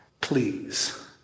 Please